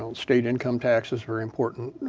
ah state income taxes are important